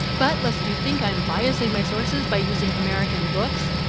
but lest you think i'm biasing my sources by using american books,